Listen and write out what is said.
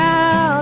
Now